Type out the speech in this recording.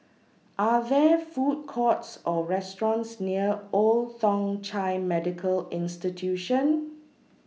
Are There Food Courts Or restaurants near Old Thong Chai Medical Institution